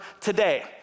today